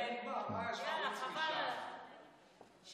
תקנות סמכויות מיוחדות להתמודדות עם נגיף הקורונה החדש